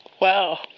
Wow